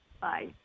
Bye